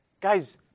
Guys